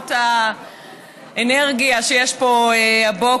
למרות האנרגיה שיש פה הבוקר,